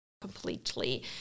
...completely